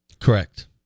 Correct